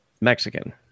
Mexican